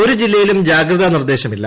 ഒരു ജില്ലയിലും ജാഗ്രതാ നിർദ്ദേശമില്ല